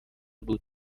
بود